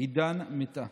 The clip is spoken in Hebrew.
עידן מטא.